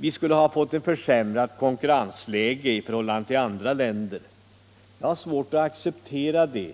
Vi har fått ett försämrat konkurrensläge i förhållande till andra länder, sade Burenstam Linder. Jag har svårt att acceptera det